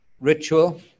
ritual